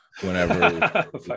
whenever